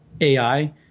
AI